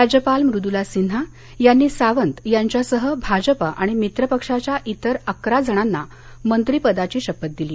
राज्यपाल मुदूला सिन्हा यांनी सावंत यांच्यासह भाजपा आणि मित्र पक्षाच्या इतर अकरा जणांना मंत्रिपदाची शपथ दिली